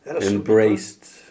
embraced